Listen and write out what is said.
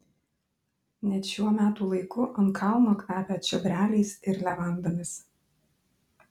net šiuo metų laiku ant kalno kvepia čiobreliais ir levandomis